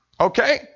Okay